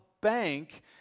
bank